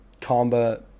combat